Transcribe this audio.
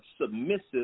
submissive